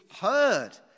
heard